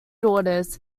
daughters